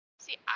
See